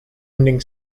ending